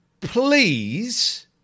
please